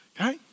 okay